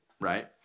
right